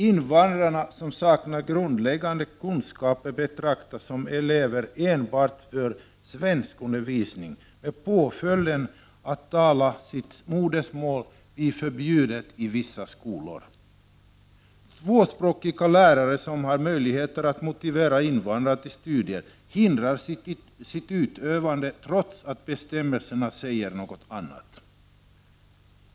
Invandrare som saknar grundläggande kunskaper betraktas som elever enbart i svenskundervisningen, med påföljd att det blir förbjudet för dem att tala sitt modersmål i vissa skolor. Tvåspråkiga lärare som har möjlighet att motivera invandrarna till studier hindras i sitt utövande trots att bestämmelserna säger något annat.